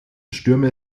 stürme